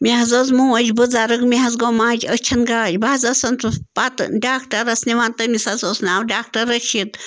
مےٚ حظ ٲس موج بُزَرٕگ مےٚ حظ گوٚو ماجہِ أچھَن گاش بہٕ حظ ٲسَن سُہ پَتہٕ ڈاکٹَرَس نِوان تٔمِس حظ اوس ناو ڈاکٹر رٔشیٖد